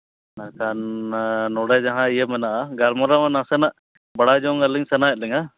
ᱢᱮᱠᱷᱟᱱ ᱱᱚᱰᱮ ᱡᱟᱦᱟᱸ ᱤᱭᱟᱹ ᱢᱮᱱᱟᱜᱼᱟ ᱜᱟᱞᱢᱟᱨᱟᱣ ᱱᱟᱥᱮᱱᱟᱜ ᱵᱟᱲᱟᱭ ᱡᱚᱝ ᱟᱹᱞᱤᱧ ᱥᱟᱱᱟᱭᱮᱫ ᱞᱤᱧᱟᱹ